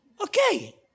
Okay